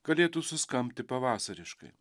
galėtų suskambti pavasariškai